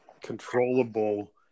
controllable